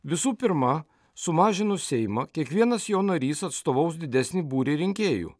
visų pirma sumažinus seimą kiekvienas jo narys atstovaus didesnį būrį rinkėjų